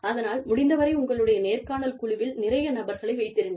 அதனால் முடிந்தவரை உங்களுடைய நேர்காணல் குழுவில் நிறைய நபர்களை வைத்திருங்கள்